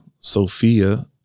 Sophia